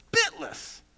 spitless